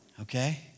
Okay